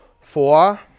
Four